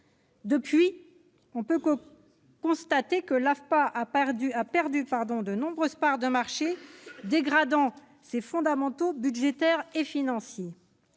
Depuis, l'AFPA a perdu de nombreuses parts de marché, dégradant ses fondamentaux budgétaires et financiers.